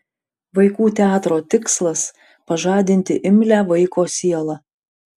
vaikų teatro tikslas pažadinti imlią vaiko sielą